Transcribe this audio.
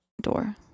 door